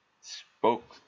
spoke